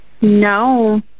No